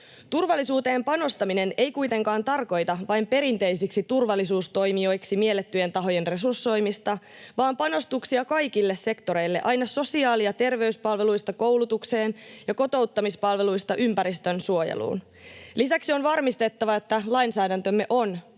Turvallisuuteen panostaminen ei kuitenkaan tarkoita vain perinteisiksi turvallisuustoimijoiksi miellettyjen tahojen resursoimista vaan panostuksia kaikille sektoreille aina sosiaali- ja terveyspalveluista koulutukseen ja kotouttamispalveluista ympäristönsuojeluun. Lisäksi on varmistettava, että lainsäädäntömme on ja